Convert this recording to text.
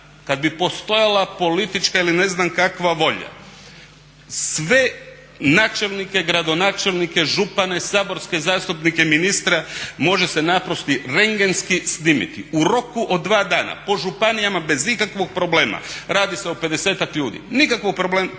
kada bi postojala politička ii ne znam kakva volja, sve načelnike, gradonačelnike, župane, saborske zastupnike, ministra može se naprosto rendgenski snimiti u roku od 2 dana po županijama bez ikakvog problema. Radi se o 50-ak ljudi, to nije nikakav problem.